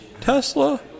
Tesla